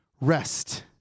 Rest